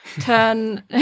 turn